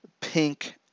pink